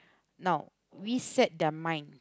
now we set their mind